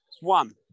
one